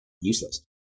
useless